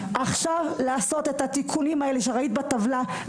עכשיו לעשות את התיקונים האלה שראית בטבלה,